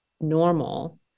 normal